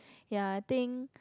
ya I think